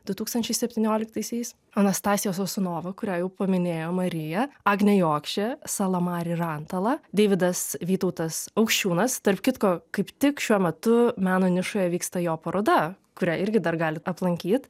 du tūkstančiai septynioliktaisiais anastazija sosunova kurią jau paminėjo marija agnė jokšė salamari rantala deividas vytautas aukščiūnas tarp kitko kaip tik šiuo metu meno nišoje vyksta jo paroda kurią irgi dar galit aplankyt